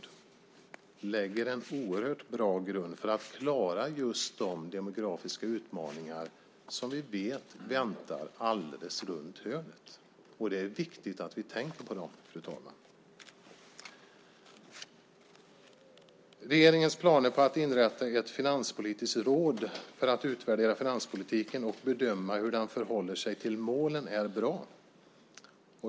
Det lägger en oerhört bra grund för att man ska klara just de demografiska utmaningar som vi vet väntar alldeles runt hörnet. Det är viktigt att vi tänker på dem, fru talman. Regeringens planer på att inrätta ett finanspolitiskt råd för att utvärdera finanspolitiken och bedöma hur den förhåller sig till målen är bra.